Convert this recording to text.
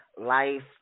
life